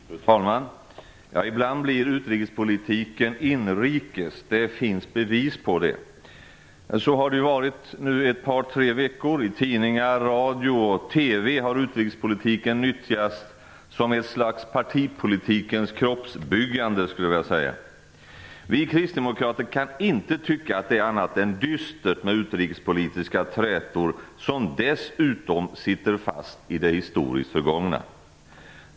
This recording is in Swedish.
Fru talman! Ibland blir utrikespolitik inrikespolitik. Det finns bevis för det. Så har det varit i ett par tre veckor. I tidningar, radio och TV har utrikespolitiken nyttjats som ett slags partipolitikens kroppsbyggande. Vi kristdemokrater kan inte tycka att det är annat än dystert med utrikespolitiska trätor som dessutom sitter fast i det historiskt förgångna.